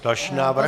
Další návrh.